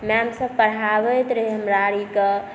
ma'am सब पढ़ाबैत रहै हमरा आरके